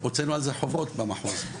והוצאנו על חוברות במחוז.